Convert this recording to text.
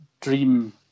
dream